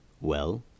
Well